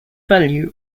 value